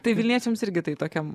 tai vilniečiams irgi tai tokia